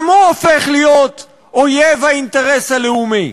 גם הוא הופך להיות אויב האינטרס הלאומי.